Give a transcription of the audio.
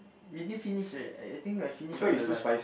you didn't finish right I I think I finish all the rice